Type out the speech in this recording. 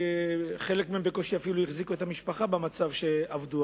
חלק מהם בקושי אפילו החזיקו את המשפחה במצב שעבדו,